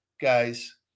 guys